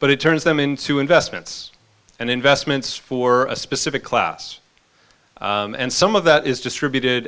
but it turns them into investments and investments for a specific class and some of that is distributed